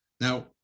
now